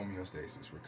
homeostasis